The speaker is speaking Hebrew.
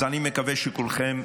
אז אני מקווה שכולכם,